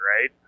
right